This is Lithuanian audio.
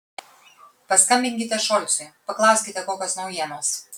paskambinkite šolcui paklauskite kokios naujienos